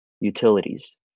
utilities